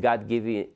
god given